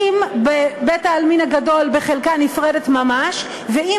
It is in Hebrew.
אם בבית-העלמין הגדול בחלקה נפרדת ממש ואם